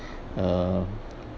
uh